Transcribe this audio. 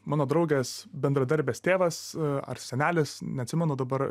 mano draugės bendradarbės tėvas ar senelis neatsimenu dabar